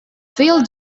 fail